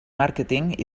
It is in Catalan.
màrqueting